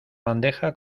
bandeja